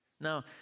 Now